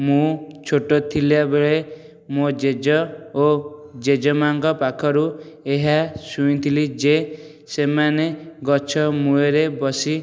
ମୁଁ ଛୋଟ ଥିଲା ବେଳେ ମୋ ଜେଜେ ଓ ଜେଜେ ମାଙ୍କ ପାଖରୁ ଏହା ଶୁଣିଥିଲି ଯେ ସେମାନେ ଗଛ ମୂଳରେ ବସି